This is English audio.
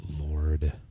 Lord